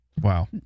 wow